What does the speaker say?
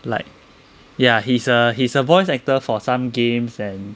like ya he's a he's a voice actor for some games and